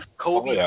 Kobe